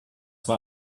war